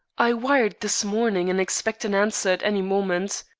i wired this morning, and expect an answer at any moment.